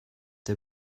der